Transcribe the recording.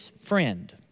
friend